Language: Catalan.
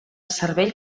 cervell